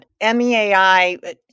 meai